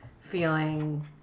feeling